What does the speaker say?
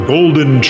Golden